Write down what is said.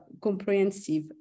comprehensive